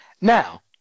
Now